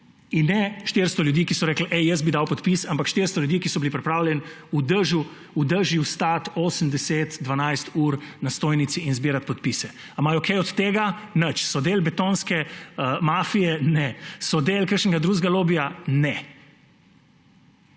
In ne 400 ljudi, ki so rekli, ej jaz bi dal podpis, ampak 400 ljudi, ki so bili pripravljeni v dežju stati 8, 10, 12 ur na stojnici in zbirati podpise. Ali imajo kaj od tega? Nič. So del betonske mafije? Ne. So del kakšnega drugega lobija? Ne.